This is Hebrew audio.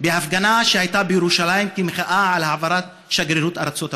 בהפגנה שהייתה בירושלים כמחאה על העברת שגרירות ארצות הברית,